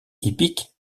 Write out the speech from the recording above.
hippiques